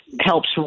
helps